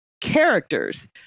characters